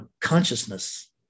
consciousness